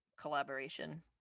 collaboration